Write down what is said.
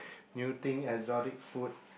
new thing exotic food